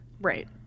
Right